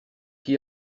qui